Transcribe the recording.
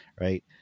Right